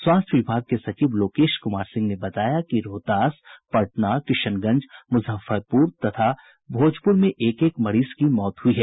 स्वास्थ्य विभाग के सचिव लोकेश कुमार सिंह ने बताया कि रोहतास पटना किशनगंज मुजफ्फरपुर और भोजपुर में एक एक मरीज की मौत हुई है